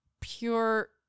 pure